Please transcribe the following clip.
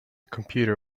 computer